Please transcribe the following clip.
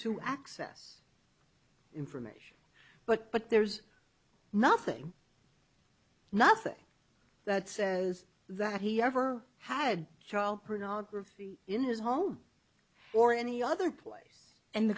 to access information but but there's nothing nothing that says that he ever had child pornography in his home or any other place and the